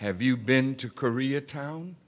have you been to korea town